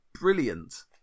brilliant